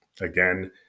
again